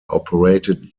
operated